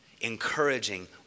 encouraging